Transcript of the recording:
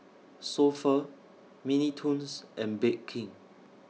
So Pho Mini Toons and Bake King